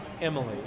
Emily